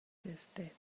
desde